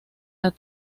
del